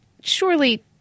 surely